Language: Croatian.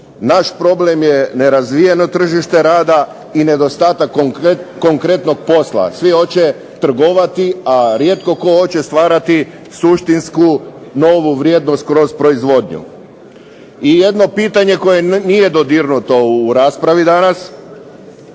Naš problem je nerazvijeno tržište rada i nedostatak konkretnog posla. Svi hoće trgovati, a rijetko tko hoće stvarati suštinsku novu vrijednost kroz proizvodnju. I jedno pitanje koje nije dodirnuto u raspravi danas,